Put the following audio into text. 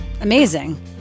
amazing